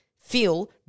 feel